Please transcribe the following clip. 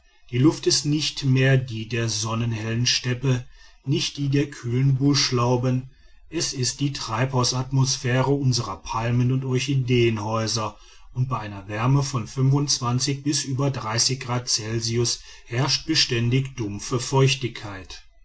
die luft ist nicht mehr die der sonnenhellen steppe nicht die der kühlen buschlauben es ist die treibhausatmosphäre unserer palmen und orchideenhäuser und bei einer wärme von bis über grad celsius herrscht beständig dumpfe feuchtigkeit